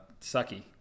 sucky